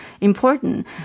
important